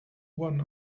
one